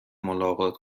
ملاقات